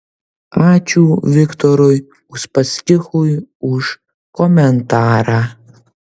ačiū viktorui uspaskichui už komentarą